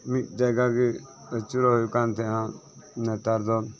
ᱢᱤᱜ ᱡᱟᱭᱜᱟ ᱜᱮ ᱟᱪᱩᱨᱚᱜ ᱦᱩᱭᱩᱜ ᱠᱟᱱ ᱛᱟᱦᱮᱸᱜᱼᱟ ᱱᱮᱛᱟᱨ ᱫᱚ